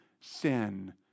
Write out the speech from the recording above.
sin